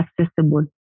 accessible